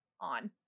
on